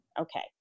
Okay